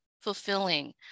fulfilling